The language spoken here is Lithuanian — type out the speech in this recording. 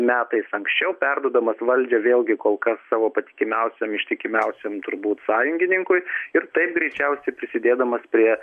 metais anksčiau perduodamas valdžią vėlgi kol kas savo patikimiausiam ištikimiausiam turbūt sąjungininkui ir taip greičiausiai prisidėdamas prie